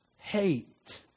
hate